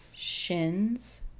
Shins